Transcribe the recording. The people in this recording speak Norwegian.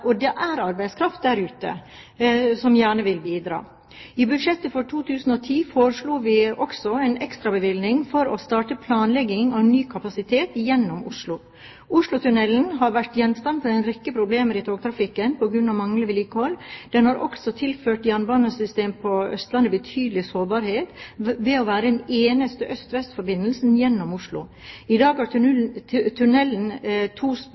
Og det er arbeidskraft der ute som gjerne vil bidra. I budsjettet for 2010 foreslo vi også en ekstrabevilging for å starte planlegging av ny kapasitet gjennom Oslo. Oslotunnelen har vært gjenstand for en rekke problemer i togtrafikken på grunn av manglende vedlikehold. Den har også tilført jernbanesystemet på Østlandet betydelig sårbarhet ved å være den eneste øst–vest-forbindelsen gjennom Oslo. I dag har tunnelen to